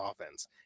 offense